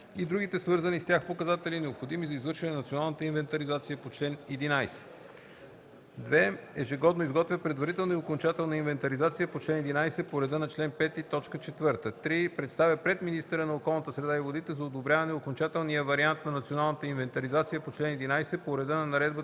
и другите свързани с тях показатели, необходими за извършване на националната инвентаризация по чл. 11; 2. ежегодно изготвя предварителна и окончателна инвентаризация по чл. 11 по реда на чл. 5, т. 4; 3. представя пред министъра на околната среда и водите за одобрение окончателния вариант на националната инвентаризация по чл. 11 по реда на наредбата